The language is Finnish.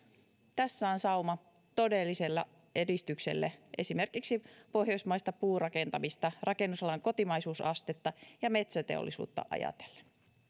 tässä on sauma todelliselle edistykselle esimerkiksi pohjoismaista puurakentamista rakennusalan kotimaisuusastetta ja metsäteollisuutta ajatellen